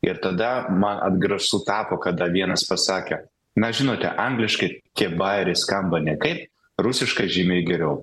ir tada man atgrasu tapo kada vienas pasakė na žinote angliškai tie bajeriai skamba nekaip rusiškai žymiai geriau